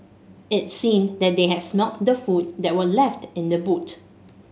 it seemed that they had smelt the food that were left in the boot